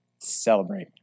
Celebrate